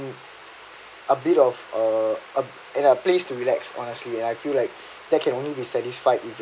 a bit of uh uh in a place to relax honestly and I feel like that can only be satisfied with